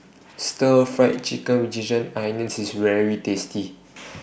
Stir Fried Chicken with Ginger Onions IS very tasty